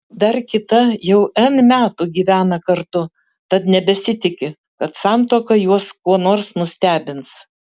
dar kita jau n metų gyvena kartu tad nebesitiki kad santuoka juos kuo nors nustebins